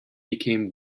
became